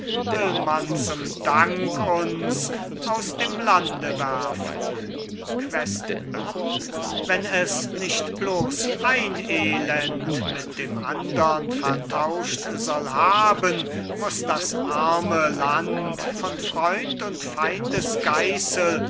will man zum dank uns aus dem lande werfen questenberg wenn es nicht bloß ein elend mit dem andern vertauscht soll haben muß das arme land von freund und feindes geißel